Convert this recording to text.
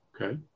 Okay